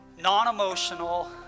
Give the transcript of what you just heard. non-emotional